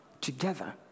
together